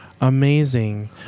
Amazing